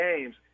games